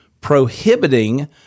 prohibiting